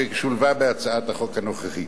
ששולבה בהצעת החוק הנוכחית.